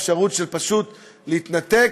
אפשרות פשוט להתנתק,